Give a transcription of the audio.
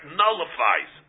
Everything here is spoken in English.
nullifies